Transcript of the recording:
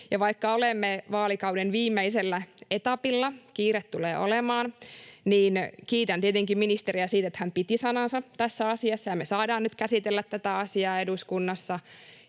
vaikka olemme vaalikauden viimeisellä etapilla — kiire tulee olemaan — niin kiitän tietenkin ministeriä siitä, että hän piti sanansa tässä asiassa ja me saadaan nyt käsitellä tätä asiaa eduskunnassa,